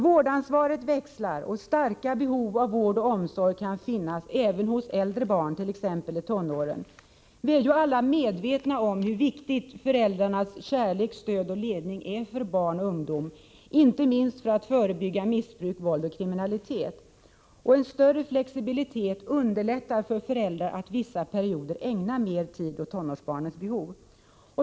Vårdansvaret växlar ju, och starka behov av vård och omsorg kan finnas även hos äldre barn, t.ex. i tonåren. Vi är alla medvetna om hur viktig föräldrarnas kärlek, stöd och ledning är för barn och ungdom, inte minst för att förebygga missbruk, våld och kriminalitet. En större flexibilitet underlättar för föräldrar att vissa perioder ägna mer tid åt tonårsbarnens behov.